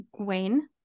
Gwen